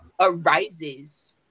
arises